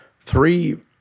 three